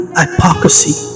hypocrisy